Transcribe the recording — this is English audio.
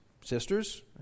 sisters